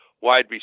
wide